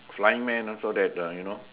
flying man also that uh you know